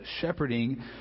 shepherding